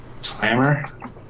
Slammer